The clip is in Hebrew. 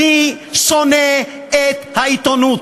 אני שונא את העיתונות,